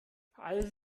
als